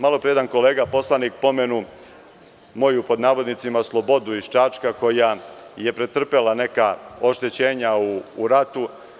Malopre je jedan kolega poslanik pomenuo moju „Slobodu“ iz Čačka, koja je pretrpela neka oštećenja u ratu.